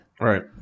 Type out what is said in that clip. Right